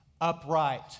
upright